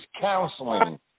counseling